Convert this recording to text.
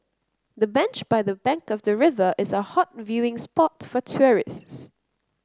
the bench by the bank of the river is a hot viewing spot for tourists